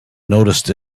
noticed